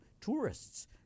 tourists